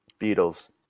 Beatles